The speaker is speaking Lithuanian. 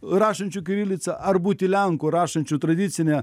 rašančiu kirilica ar būti lenku rašančiu tradicine